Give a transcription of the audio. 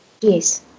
Yes